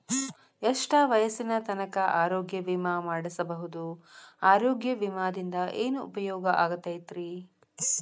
ಎಷ್ಟ ವಯಸ್ಸಿನ ತನಕ ಆರೋಗ್ಯ ವಿಮಾ ಮಾಡಸಬಹುದು ಆರೋಗ್ಯ ವಿಮಾದಿಂದ ಏನು ಉಪಯೋಗ ಆಗತೈತ್ರಿ?